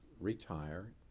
retire